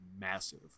massive